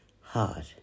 Hard